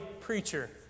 preacher